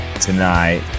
tonight